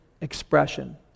expression